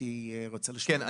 כן,